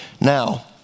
Now